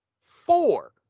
Four